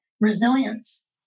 resilience